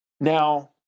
Now